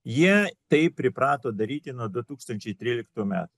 jie taip priprato daryti nuo du tūkstančiai tryliktų metų